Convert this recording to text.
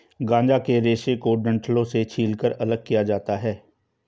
गांजा के रेशे को डंठलों से छीलकर अलग किया जाता है